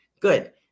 good